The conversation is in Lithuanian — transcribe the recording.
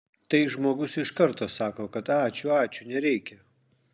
tai žmogus iš karto sako kad ačiū ačiū nereikia